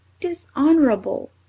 Dishonorable